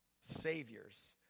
saviors